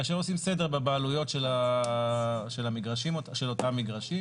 כאשר עושים סדר בבעלויות של אותם מגרשים.